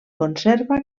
conserva